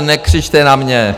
Nekřičte na mě!